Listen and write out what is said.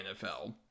NFL